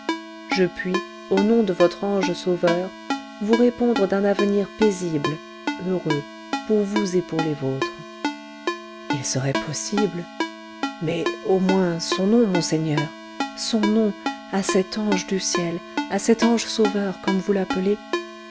je puis au nom de votre ange sauveur vous répondre d'un avenir paisible heureux pour vous et pour les vôtres il serait possible mais au moins son nom monsieur son nom à cet ange du ciel à cet ange sauveur comme vous l'appelez